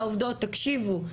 לעובדות: תקשיבו,